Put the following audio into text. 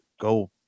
go